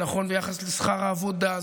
זה נכון ביחס לשכר העבודה,